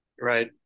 Right